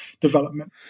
development